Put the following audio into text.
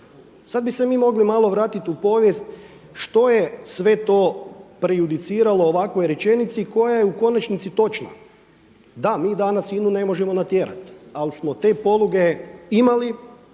Sada bi se mi mogli malo vratiti u povijest što je sve to prejudiciralo ovakvoj rečenici koja je u konačnici točna. Da, mi danas INA-u ne možemo natjerati ali smo te poluge imali